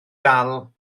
dal